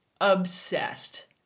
obsessed